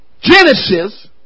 Genesis